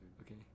Okay